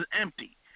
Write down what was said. empty